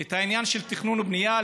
את העניין של תכנון ובנייה,